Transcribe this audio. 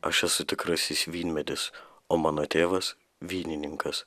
aš esu tikrasis vynmedis o mano tėvas vynininkas